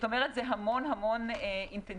זה המון אינטנסיביות,